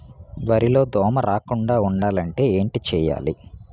వరిలో దోమ రాకుండ ఉండాలంటే ఏంటి చేయాలి?